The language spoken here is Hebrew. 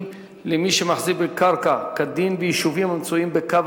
למי שמחזיק בקרקע כדין ביישובים המצויים באזור קו